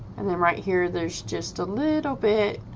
and then right here there's just a little bit